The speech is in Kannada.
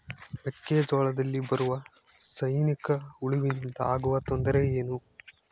ಮೆಕ್ಕೆಜೋಳದಲ್ಲಿ ಬರುವ ಸೈನಿಕಹುಳುವಿನಿಂದ ಆಗುವ ತೊಂದರೆ ಏನು?